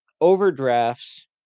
overdrafts